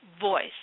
voice